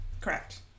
Correct